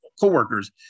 co-workers